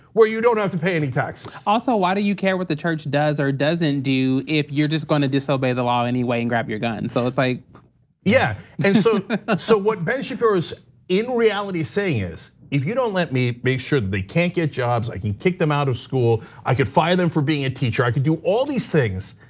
where you don't have to pay any taxes. also, why do you care what the church does or doesn't do, if you're just gonna disobey the law anyway and grab your gun. so it's like yeah. and so so what ben shapiro is in reality saying is, if you don't let me make sure they can't get jobs, i can kick them out of school. i could fire them for being a teacher. i could do all these things.